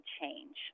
change